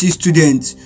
students